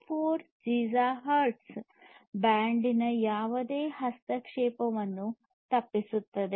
4 gigahertz band ನ ಯಾವುದೇ ಹಸ್ತಕ್ಷೇಪವನ್ನು ತಪ್ಪಿಸುತ್ತದೆ